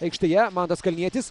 aikštėje mantas kalnietis